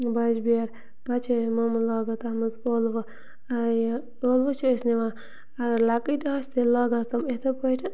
بَجہِ بیر پَتہٕ چھِ یِمَن لاگان تتھ مَنٛز ٲلوٕ یہِ ٲلوٕ چھِ أسۍ نِوان اَگر لۄکٕٹۍ آسہِ تیٚلہِ لاگان تِم یِتھے پٲٹھۍ